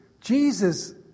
Jesus